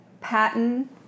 patent